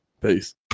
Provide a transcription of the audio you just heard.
Peace